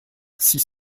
six